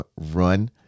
run